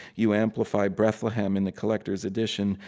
you amplify breathlehem in the collector's edition.